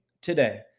today